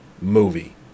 movie